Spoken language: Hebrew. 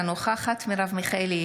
אינה נוכחת מרב מיכאלי,